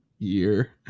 year